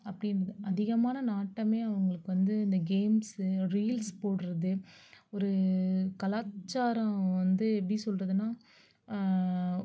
அப்படின்னு அதிகமான நாட்டமே அவங்களுக்கு வந்து இந்த கேம்ஸு ரீல்ஸ் போடுவது ஒரு கலாச்சாரம் வந்து எப்படி சொல்றதுனால்